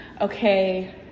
Okay